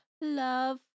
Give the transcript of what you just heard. love